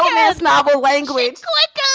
romance novel language like